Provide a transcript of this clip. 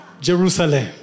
Jerusalem